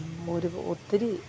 ഒരു ഒത്തിരി